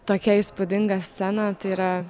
tokia įspūdinga scena tai yra